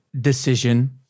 decision